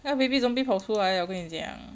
那 baby zombie 跑出来 liao 我跟你讲